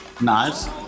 Nice